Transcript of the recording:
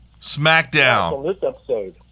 Smackdown